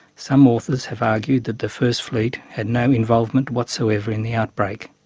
some authors have argued that the first fleet had no involvement whatsoever in the outbreak,